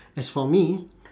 as for me